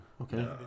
okay